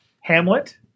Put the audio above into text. Hamlet